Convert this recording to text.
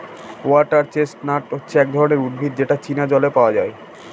water chestnut হচ্ছে এক ধরনের উদ্ভিদ যেটা চীনা জলে পাওয়া যায়